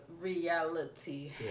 reality